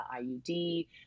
IUD